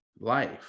life